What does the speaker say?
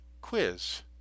quiz